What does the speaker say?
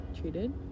treated